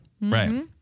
Right